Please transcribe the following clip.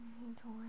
I don't want